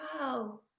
Wow